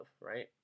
right